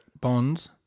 Bonds